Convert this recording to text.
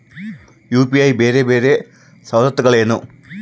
UPI ಬೇರೆ ಬೇರೆ ಸವಲತ್ತುಗಳೇನು?